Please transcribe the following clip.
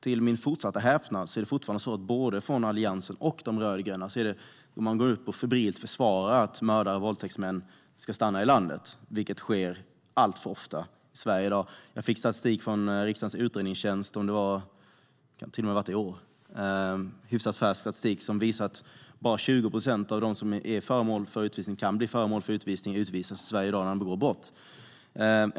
Till min fortsatta häpnad är det fortfarande så att man från både Alliansen och de rödgröna går ut och febrilt försvarar att mördare och våldtäktsmän ska stanna i landet, vilket sker alltför ofta i Sverige i dag. Jag fick hyfsat färsk statistik från riksdagens utredningstjänst - jag tror att den till och med var från i år - som visar att bara 20 procent av dem som är föremål för utvisning eller kan bli föremål för utvisning utvisas ur Sverige i dag när de begår brott.